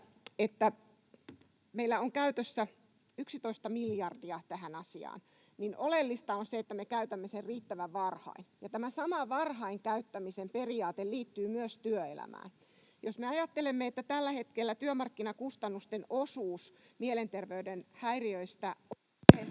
että meillä on käytössä 11 miljardia tähän asiaan, niin oleellista on se, että me käytämme sen riittävän varhain, ja tämä sama varhain käyttämisen periaate liittyy myös työelämään. Jos me ajattelemme, että tällä hetkellä mielenterveyden häiriöiden